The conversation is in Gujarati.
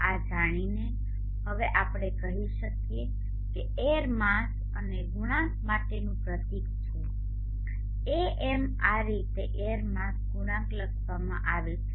આ જાણીને હવે આપણે કહી શકીએ કે એર માસ અને ગુણાંક માટેનું પ્રતીક છે AMl આ રીતે એર માસ ગુણાંક લખવામાં આવે છે